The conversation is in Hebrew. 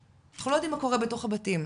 אנחנו לא יודעים מה קורה בתוך הבתים,